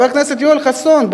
חבר הכנסת יואל חסון,